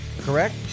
Correct